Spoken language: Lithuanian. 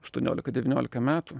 aštuoniolika devyniolika metų